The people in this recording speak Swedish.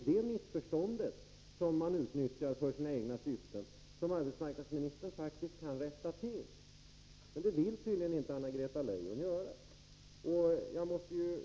Detta missförstånd, som de fackliga organisationerna utnyttjar för sina egna syften, kan arbetsmarknadsministern faktiskt rätta till. Men det vill Anna-Greta Leijon tydligen inte göra.